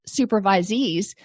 supervisees